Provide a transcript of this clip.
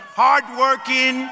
hardworking